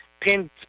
Pin